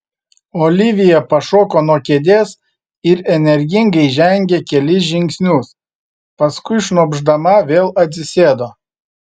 olivija pašoko nuo kėdės ir energingai žengė kelis žingsnius paskui šnopšdama vėl atsisėdo